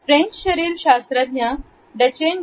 French शरीर शास्त्रज्ञ Duchenne D